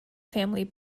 family